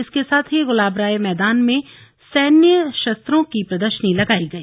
इसके साथ ही गुलाबराय मैदान में सैन्य शस्त्रों की प्रदर्शनी लगाई गई